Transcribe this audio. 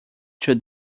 two